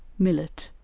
millet,